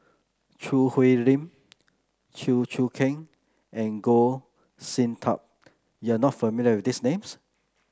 Choo Hwee Lim Chew Choo Keng and Goh Sin Tub you are not familiar with these names